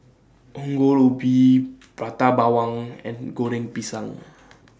Ongol Ubi Prata Bawang and Goreng Pisang